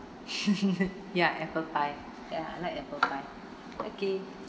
ya apple pie ya I like apple pie okay